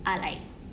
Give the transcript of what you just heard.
are like